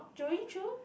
Judy Choo